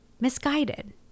misguided